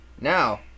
Now